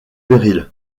péril